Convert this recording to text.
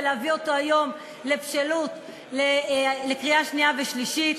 ולהביא אותו היום לבשלות לקריאה שנייה ושלישית,